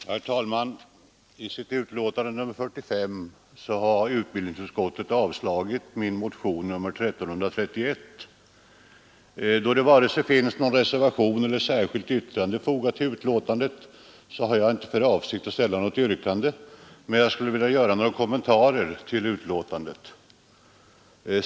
Herr talman! I sitt betänkande nr 45 har utbildningsutskottet avstyrkt min motion nr 1331. Då det inte finns vare sig någon reservation eller något särskilt yttrande fogat vid betänkandet har jag inte för avsikt att nu ställa något yrkande, men jag skulle vilja göra några kommentarer till betänkandet.